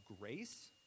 grace